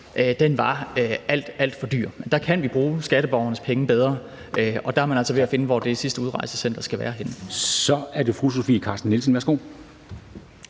var alt, alt for dyr. Der kan vi bruge skatteborgernes penge bedre, og der er man altså ved at finde ud af, hvor det sidste udrejsecenter skal være henne. Kl. 09:20 Formanden (Henrik